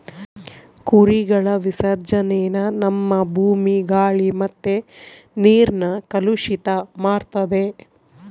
ಕುರಿಗಳ ವಿಸರ್ಜನೇನ ನಮ್ಮ ಭೂಮಿ, ಗಾಳಿ ಮತ್ತೆ ನೀರ್ನ ಕಲುಷಿತ ಮಾಡ್ತತೆ